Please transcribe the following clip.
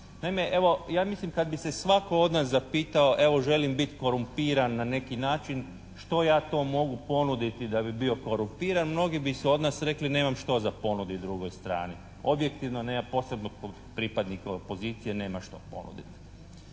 Naime evo ja mislim kad bi se svaki od nas zapitao evo želim biti korumpiran na neki način što ja to mogu ponuditi da bi bio korumpiran mnogi bi se od nas rekli nemam što za ponuditi drugoj strani, objektivno nema posebno pripadnika opozicije, nema što ponuditi.